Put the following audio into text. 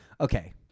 Okay